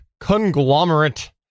conglomerate